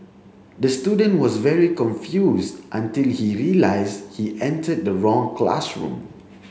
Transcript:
the student was very confused until he realised he entered the wrong classroom